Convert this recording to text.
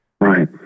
right